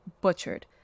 butchered